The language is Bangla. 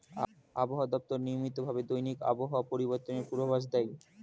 আবহাওয়া দপ্তর নিয়মিত ভাবে দৈনিক আবহাওয়া পরিবর্তনের পূর্বাভাস দেয়